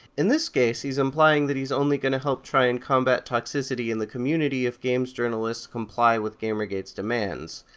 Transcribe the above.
in this case, he's implying that he's only going to help try to and combat toxicity in the community if game journalists comply with gamergate's demands.